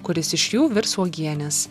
kuris iš jų virs uogienes